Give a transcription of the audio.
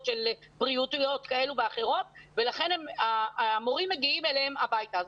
בריאותיות כאלה ואחרות ולכן המורים מגיעים אליהם הביתה.